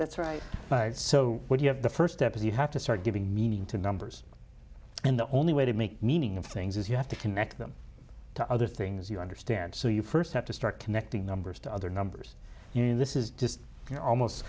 that's right so what you have the first step is you have to start giving meaning to numbers and the only way to make meaning of things is you have to connect them to other things you understand so you first have to start connecting numbers to other numbers you know this is just you know almost